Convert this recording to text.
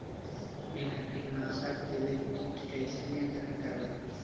बिना कीटनाशक देले किट कैसे नियंत्रन करबै?